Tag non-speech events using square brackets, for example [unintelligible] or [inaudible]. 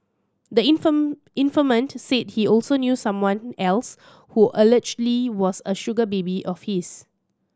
the [unintelligible] informant said he also knew someone else who allegedly was a sugar baby of his